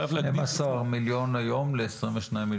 מתי 22?